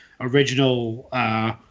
original